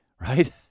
right